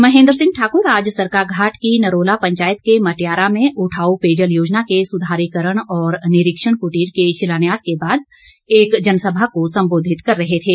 महेन्द्र सिंह ठाकुर आज सरकाघाट की नरोला पंचायत के मटयारा में उठाउ पेयजल योजना के सुधारीकरण और निरीक्षण कुटीर के शिलान्यास के बाद एक जनसभा को संबोधित कर रहे थे